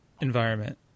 environment